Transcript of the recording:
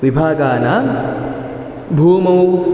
विभागानां भूमौ